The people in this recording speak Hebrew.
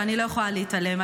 ואני לא יכולה להתעלם.